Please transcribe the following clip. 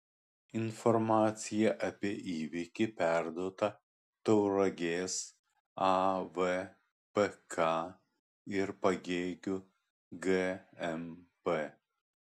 informacija apie įvykį perduota tauragės avpk ir pagėgių gmp